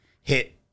hit